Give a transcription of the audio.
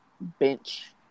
bench